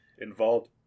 involved